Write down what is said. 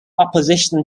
opposition